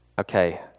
Okay